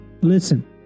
listen